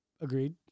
Agreed